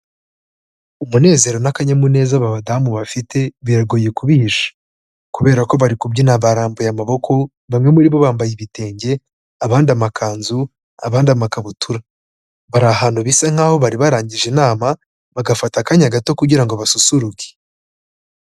Umunezero n'akanyamuneza aba badamu bafite biragoye kubihisha kubera ko bari kubyina barambuye amaboko, bamwe muri bo bambaye ibitenge, abandi amakanzu, abandi amakabutura. Bari ahantu bisa nk'aho bari barangije inama, bagafata akanya gato kugira ngo basusuruke.